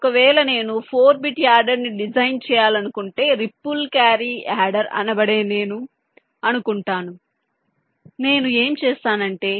ఒకవేళ నేను 4 బిట్ యాడర్ని డిజైన్ చేయాలనుకుంటే రిపుల్ క్యారీ యాడర్ అనబడేదాన్ని నేను అనుకుంటాను నేను ఏమి చేస్తానంటే